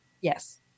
Yes